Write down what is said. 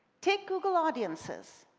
take google audiences